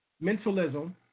Mentalism